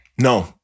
no